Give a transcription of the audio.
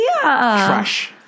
Trash